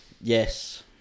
Yes